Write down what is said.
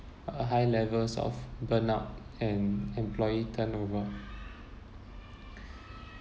uh high levels of burnout and employee turnover